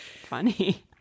funny